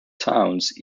towns